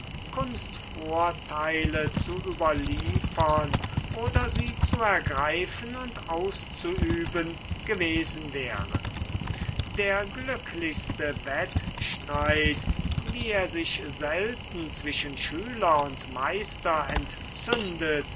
hastiger kunstvorteile zu überliefern oder sie zu ergreifen und auszuüben gewesen wäre der glücklichste wettstreit wie er sich selten zwischen schüler und meister entzündet